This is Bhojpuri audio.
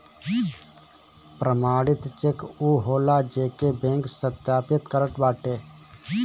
प्रमाणित चेक उ होला जेके बैंक सत्यापित करत बाटे